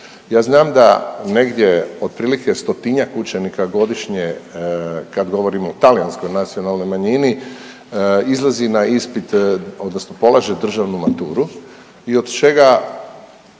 Ja znam da negdje otprilike stotinjak učenika godišnje, kad govorimo o talijanskoj nacionalnoj manjini, izlazi na ispit, odnosno polaže državnu maturu i od čega